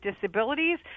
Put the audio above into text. disabilities